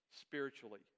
Spiritually